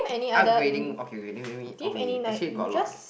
upgrading okay wait lemme lemme okay actually got a lot